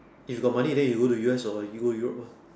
if you got money then you go to U_S or you go Europe lah